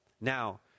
Now